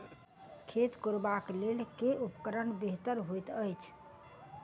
खेत कोरबाक लेल केँ उपकरण बेहतर होइत अछि?